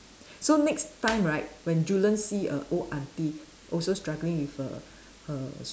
so next time right when Julian see a old aunty also struggling with her her